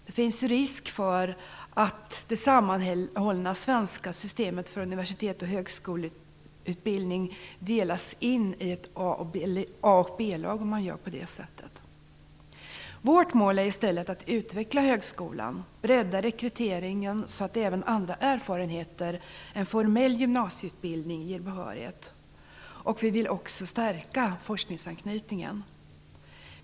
Det finns risk för att det sammanhållna svenska systemet för universitets och högskoleutbildning delas in i A och B-lag om man gör på det sättet. Vårt mål är i stället att utveckla högskolan, bredda rekryteringen så att även andra erfarenheter än formell gymnasieutbildning ger behörighet. Vi vill också stärka forskningsanknytningen.